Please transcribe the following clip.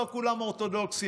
לא כולם אורתודוקסים,